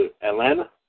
Atlanta